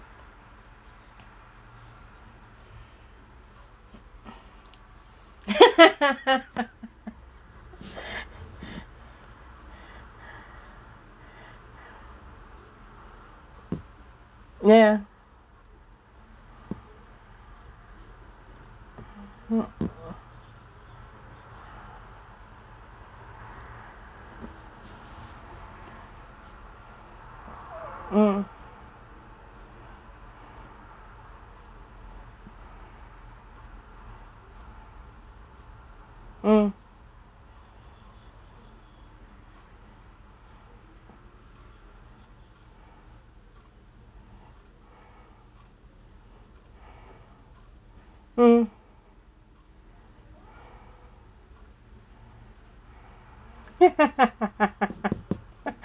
ya mm mm mm